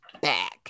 back